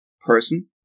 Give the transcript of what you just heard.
person